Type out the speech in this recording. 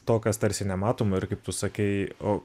to kas tarsi nematoma ir kaip tu sakei o